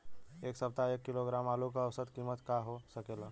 एह सप्ताह एक किलोग्राम आलू क औसत कीमत का हो सकेला?